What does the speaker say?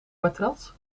matras